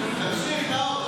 תמשיך, נאור.